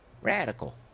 Radical